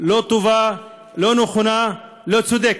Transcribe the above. לא טובה, לא נכונה, לא צודקת.